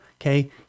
okay